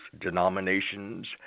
denominations